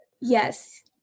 Yes